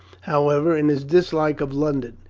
however, in his dislike of london.